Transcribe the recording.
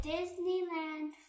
Disneyland